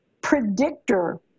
predictor